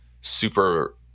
super